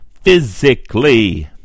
physically